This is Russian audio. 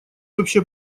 вообще